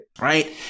Right